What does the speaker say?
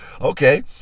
Okay